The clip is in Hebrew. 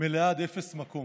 מלאה עד אפס מקום.